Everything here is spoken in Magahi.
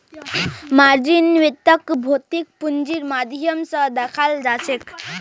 मार्जिन वित्तक भौतिक पूंजीर माध्यम स दखाल जाछेक